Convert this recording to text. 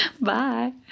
Bye